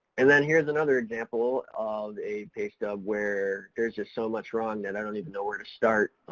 and then here's another example of a pay stub where there's just so much wrong that i don't even know where to start,